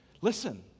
Listen